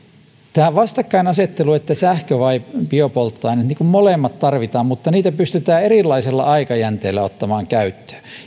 tähän vastakkainasetteluun sähkö vai biopolttoaine molemmat tarvitaan mutta niitä pystytään erilaisilla aikajänteillä ottamaan käyttöön